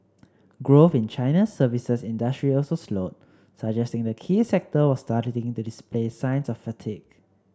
growth in China's services industry also slowed suggesting the key sector was starting to display signs of fatigue